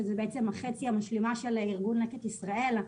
שזה החצי המשלים של ארגון לקט ישראל.